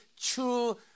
true